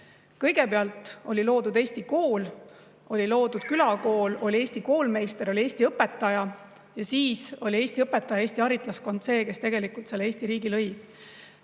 Kõigepealt oli loodud eesti kool, oli loodud külakool, oli eesti koolmeister, oli eesti õpetaja. Ja siis oli eesti õpetaja, eesti haritlaskond see, kes tegelikult selle Eesti riigi lõi.